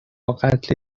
قتل